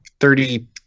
Thirty